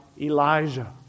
Elijah